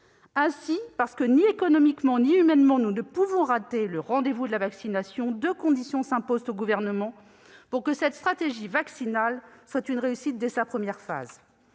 ne pouvons, ni économiquement ni humainement, rater le rendez-vous de la vaccination, deux conditions s'imposent au Gouvernement pour que cette stratégie vaccinale soit une réussite dès sa première phase